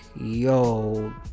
Yo